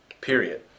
period